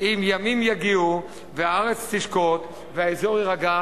אם ימים יגיעו והארץ תשקוט, והאזור יירגע,